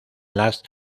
las